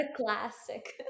classic